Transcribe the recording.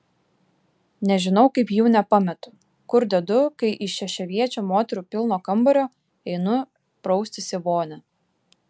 nežinau kaip jų nepametu kur dedu kai iš šešiaviečio moterų pilno kambario einu praustis į vonią